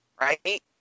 right